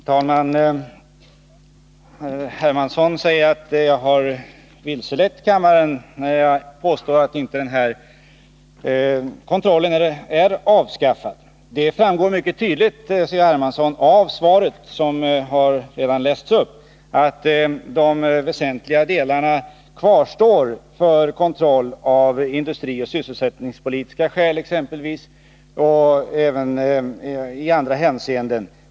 Herr talman! Carl-Henrik Hermansson säger att jag har vilselett kammaren när jag påstår att den här kontrollen inte är avskaffad. Men, Carl-Henrik Hermansson, det framgår mycket tydligt av det svar jag lämnat att de väsentliga delarna i kravet på kontroll kvarstår. Det gäller exempelvis kontroll av industrioch sysselsättningspolitiska skäl och även kontroll i andra hänseenden.